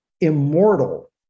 immortal